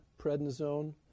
prednisone